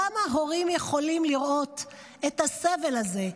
כמה הורים יכולים לראות את הסבל הזה,